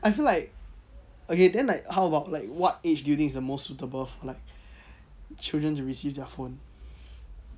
I feel like okay then like how about like what age do you think it's the most suitable for like children to receive their phone